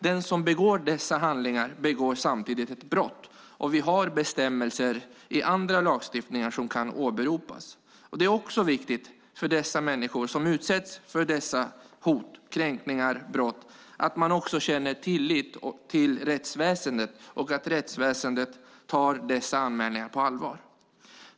Den som begår dessa handlingar begår samtidigt ett brott. Vi har bestämmelser i annan lagstiftning som kan åberopas. Det är också viktigt för de människor som utsätts för dessa hot, kränkningar och brott att de kan känna tillit till rättsväsendet och att rättsväsendet tar anmälningarna på allvar.